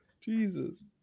Jesus